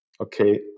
Okay